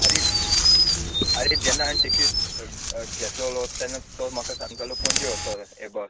आरे आरे जेन्ना हांवें टिकेट घे घेतलोलो तेन्ना तो म्हाका सांगतालो पणजे वचपा हे बस